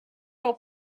your